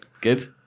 good